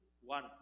one